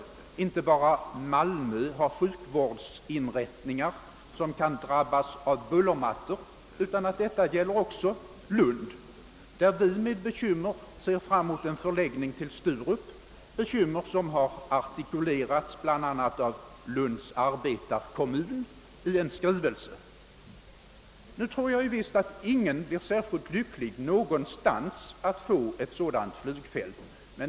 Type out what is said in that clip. Det är inte bara Malmö som har sjukvårdsinrättningar som kan drabbas av bullermattor utan detta gäller också Lund, där vi bekymrade ser fram mot en förläggning av flygplatsen till Sturup, bekymmer som har artikulerats bl.a. av Lunds arbetarkommun i en skrivelse. Nu tror jag inte att man blir särskilt lycklig någonstans över att få ett sådant flygfält.